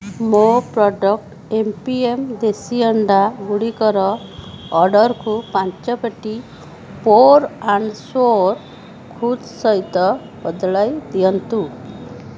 ମୋ product M P M ଦେଶୀ ଅଣ୍ଡା ଗୁଡ଼ିକର ଅର୍ଡ଼ରକୁ ପାଞ୍ଚ ପେଟି ପିୟୋର ଆଣ୍ଡ ସିୟୋର ଖୁଦ ସହିତ ବଦଳାଇ ଦିଅନ୍ତୁ